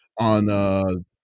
on